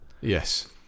Yes